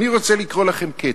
אני רוצה לקרוא לכם קטע,